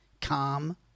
calm